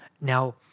Now